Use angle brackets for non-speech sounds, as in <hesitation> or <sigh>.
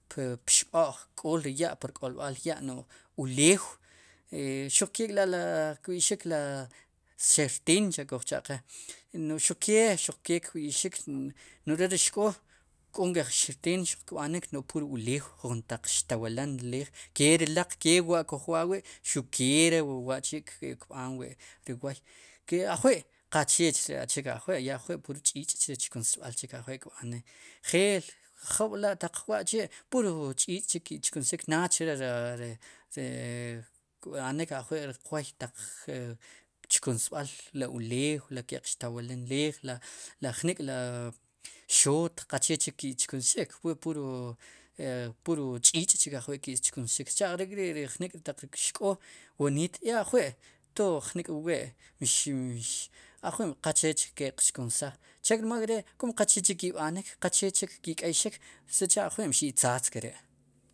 Pb'xb'oj kk'ool ri ya' pur k'oolb'aal ya' no'j ulew xuq ke k'la' li kb'ixik la xerteen sicha'kuj cha'qe no'j xuq ke xuq ke kb'i'xik no'j re'ri xk'o k'o nk'ej xerteen kb'anik no'j pur ulew juntaq xtawalen leej keri laq kewa' wa' kuj waawi' keree wa'chi' kb'aan re ri woy, ajwi' qaqcheech re ajwi' ya ajwi' pur ch'ich' chre chkunsb'al ajwi' kb'anik njeel jrub'wa' wa'chi' pur ch'ich' chke ki chkunsxik naad re. ri, ri <hesitation> kb'anik ajwi' qwooy taq chkunsb'al la ulew la ke'q xtawalen leej la, la jnik' la xoot qaqche chik ki' chkunsxik pur puro ch'ich' chik ajwi'ki'chkunsxik sicha'arek'ri' ri jnik'taq ri xk'oo woniit ya ajwi' tood jnik'wu wee mxin mxin <hesitation> ajwi' qaqche ke'q chkunsaj chek' rmal ri' qachechik ki' b'anik qache chik ki' k'eyxik sicha' ajwi' mxi'tzatzkeri'.